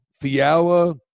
Fiala